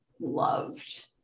loved